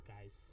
guys